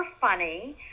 funny